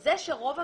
זה שיש תחושה לאותה